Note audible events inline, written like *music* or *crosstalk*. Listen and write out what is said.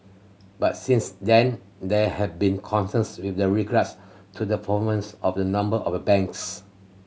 but since then there have been concerns with the *unintelligible* to the performance of a number of banks